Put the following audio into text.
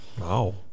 Wow